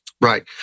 Right